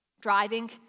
driving